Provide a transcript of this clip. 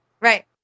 Right